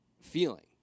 feeling